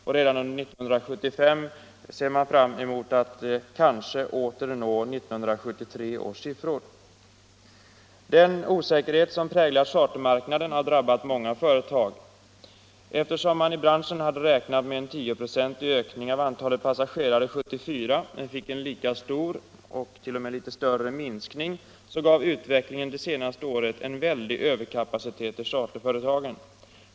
Redan under 1975 ser man fram emot att kanske åter nå 1973 års siffror. Den osäkerhet som präglat chartermarknaden har drabbat många företag. Eftersom man i branschen hade räknat med en tioprocentig ökning av antalet passagerare 1974 men fick en lika stor — och t.o.m. litet större — minskning, gav utvecklingen det senaste året en väldig överkapacitet i charterföretagen.